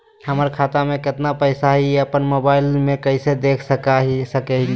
हमर खाता में केतना पैसा हई, ई अपन मोबाईल में कैसे देख सके हियई?